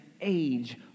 age